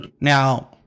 Now